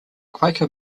quaker